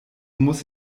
muss